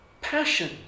passion